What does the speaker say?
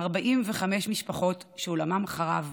45 משפחות שעולמן חרב,